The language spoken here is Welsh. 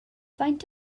faint